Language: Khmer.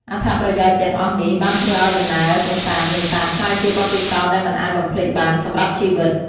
អត្ថប្រយោជន៍ទាំងអស់នេះបានធ្វើឱ្យដំណើរកម្សាន្តនេសាទក្លាយជាបទពិសោធន៍ដែលមិនអាចបំភ្លេចបានសម្រាប់ជីវិត។